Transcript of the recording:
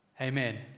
Amen